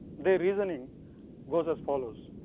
their reasoning goes as follows.